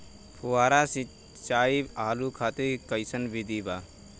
फुहारा सिंचाई आलू खातिर कइसन विधि बा?